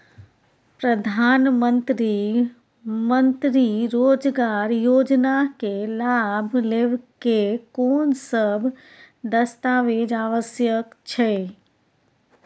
प्रधानमंत्री मंत्री रोजगार योजना के लाभ लेव के कोन सब दस्तावेज आवश्यक छै?